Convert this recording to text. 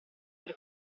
per